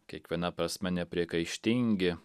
kiekviena prasme nepriekaištingi